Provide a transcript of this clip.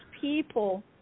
people